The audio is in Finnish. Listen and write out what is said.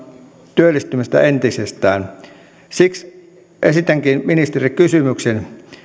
työllistymistä entisestään siksi esitänkin ministerille kysymyksen